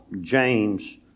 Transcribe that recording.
James